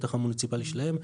בשטח המוניציפאלי שלהן,